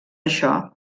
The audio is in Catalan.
això